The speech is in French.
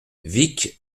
vic